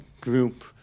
group